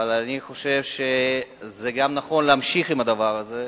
ואני חושב שגם נכון להמשיך עם הדבר הזה.